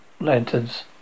lanterns